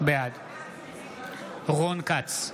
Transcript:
בעד רון כץ,